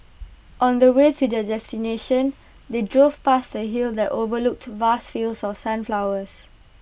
on the way to their destination they drove past A hill that overlooked vast fields of sunflowers